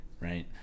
right